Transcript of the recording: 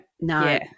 no